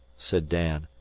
said dan.